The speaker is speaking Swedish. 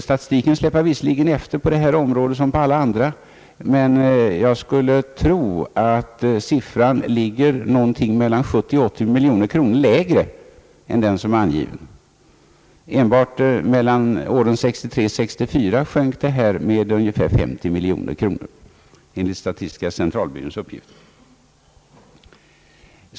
Statistiken släpar visserligen efter på detta område som på alla andra, men jag skulle tro att den aktuella siffran ligger mellan 70 och 80 miljoner kronor lägre än den som anges. Enbart mellan åren 1963 och 1964 sjönk summan med ungefär 50 miljoner kronor, enligt statistiska centralbyråns uppgifter.